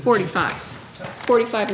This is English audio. forty five forty five